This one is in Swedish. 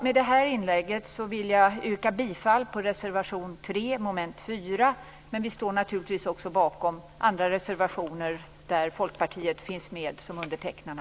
Med detta inlägg yrkar jag bifall till reservation 3 under mom. 4 men naturligtvis står vi i Folkpartiet bakom de övriga reservationer där vi finns med bland undertecknarna.